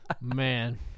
Man